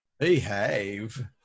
behave